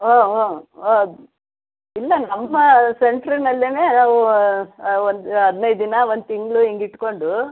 ಹ್ಞೂ ಹ್ಞೂ ಹ್ಞೂ ಇಲ್ಲ ನಮ್ಮ ಸೆಂಟ್ರಿನಲ್ಲೆ ನಾವು ಒಂದು ಹದಿನೈದು ದಿನ ಒಂದು ತಿಂಗಳು ಹಿಂಗೆ ಇಟ್ಕೊಂಡು